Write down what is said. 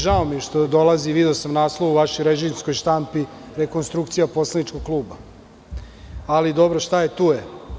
Žao mi je što dolazi, video sam naslov u vašoj režimskoj štampi, rekonstrukcija poslaničkog kluba, ali dobro, šta je tu je.